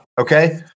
Okay